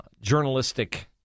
journalistic